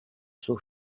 suo